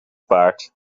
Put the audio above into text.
paard